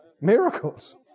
Miracles